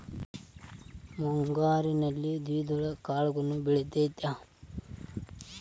ಮುಂಗಾರಿನಲ್ಲಿ ದ್ವಿದಳ ಕಾಳುಗಳು ಬೆಳೆತೈತಾ?